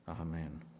amen